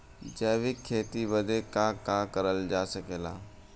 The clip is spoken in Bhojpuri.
जैविक खेती बदे का का करल जा सकेला?